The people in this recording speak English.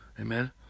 Amen